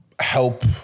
help